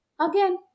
Again